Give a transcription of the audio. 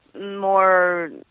more